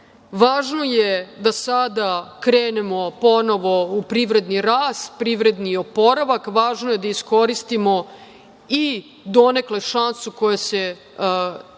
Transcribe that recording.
19.Važno je da sada krenemo ponovo u privredni rast, privredni oporavak, važno je da iskoristimo i donekle šansu koja se nama